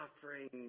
suffering